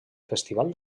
festival